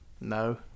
no